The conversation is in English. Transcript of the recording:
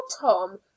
tom